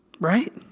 Right